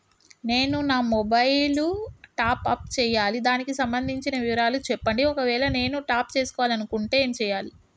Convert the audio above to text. నేను నా mobile top up చేయాలి దానికి సంబంధించిన వివరాలు చెప్పండి ఒకవేళ నేను టాప్ చేసుకోవాలనుకుంటే ఏం చేయాలి?